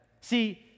See